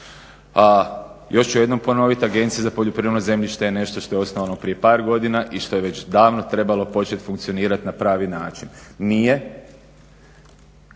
još ću jednom ponoviti Agencija za poljoprivredne zemljište je nešto što je osnovano prije par godina i što je već davno trebalo početi funkcionirati na pravi način. Nije,